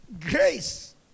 Grace